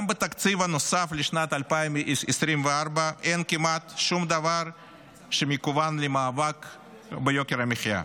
גם בתקציב הנוסף לשנת 2024 אין כמעט שום דבר שמכוון למאבק ביוקר המחיה,